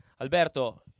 Alberto